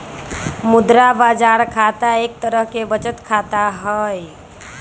मुद्रा बाजार खाता एक तरह के बचत खाता हई